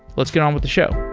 let's get on with the show.